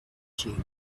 shape